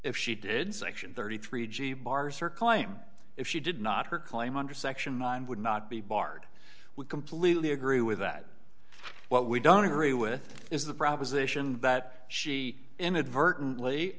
if she did section thirty three dollars g bars or climb if she did not her claim under section mind would not be barred would completely agree with that what we don't agree with is the proposition that she inadvertently